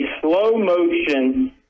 slow-motion